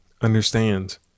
understand